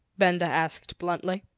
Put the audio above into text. benda asked bluntly.